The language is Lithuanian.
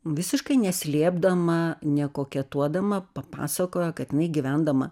visiškai neslėpdama nekoketuodama papasakojo kad jinai gyvendama